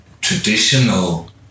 traditional